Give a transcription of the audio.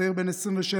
צעיר בן 27,